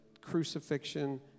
crucifixion